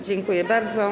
Dziękuję bardzo.